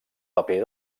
paper